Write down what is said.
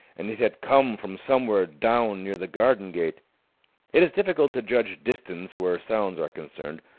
and it had come from somewhere down near the garden-gate. it is difficult to judge distance where sounds are concerned,